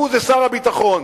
"הוא" זה שר הביטחון,